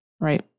right